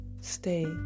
stay